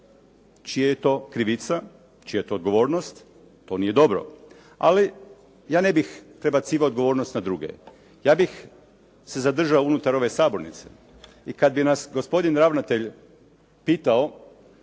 Čija je to krivica, čija je to odgovornost? To nije dobro. Ali ja ne bih prebacivao odgovornost na druge, ja bih se zadržao unutar ove sabornice. I kada bi nas gospodin ravnatelj pitao,